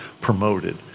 promoted